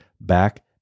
back